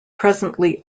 presently